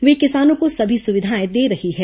वह किसानों को सभी सुविधाएं दे रही है